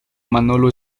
manolo